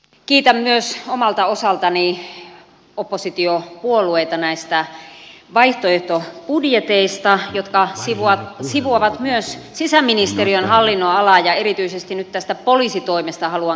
kiitän myös omalta osaltani oppositiopuolueita näistä vaihtoehtobudjeteista jotka sivuavat myös sisäministeriön hallinnonalaa ja erityisesti nyt tästä poliisitoimesta haluan käyttää puheenvuoron